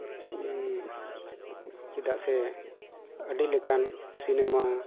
ᱪᱮᱫᱟᱜ ᱥᱮ ᱟᱹᱰᱤ ᱞᱮᱠᱟᱱ ᱥᱤᱱᱮᱢᱟ